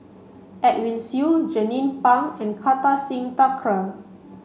Edwin Siew Jernnine Pang and Kartar Singh Thakral